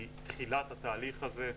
היא תחילת התהליך הזה,